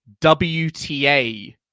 wta